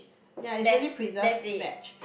yea it's really preserved veg